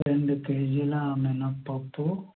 రెండు కేజీల మినప్పప్పు